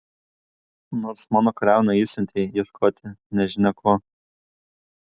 nors mano kariauną išsiuntei ieškoti nežinia ko